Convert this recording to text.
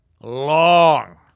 long